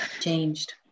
Changed